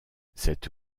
cette